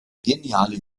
geniale